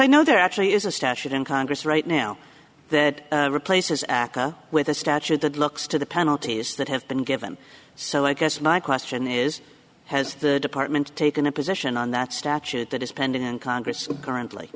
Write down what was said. i know there actually is a statute in congress right now that replaces aca with a statute that looks to the penalties that have been given so i guess my question is has the department taken a position on that statute that is pending in congress currently